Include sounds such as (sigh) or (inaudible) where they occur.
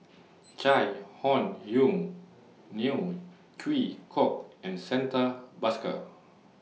Chai (noise) Hon Yoong Neo Chwee Kok and Santha Bhaskar